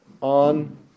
on